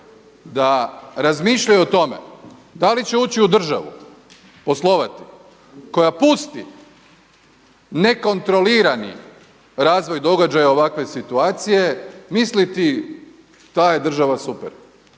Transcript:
da razmišljaju o tome da li će ući u državu poslovati koja pusti nekontrolirani razvoj događaja ovakve situacije misliti ta je država super.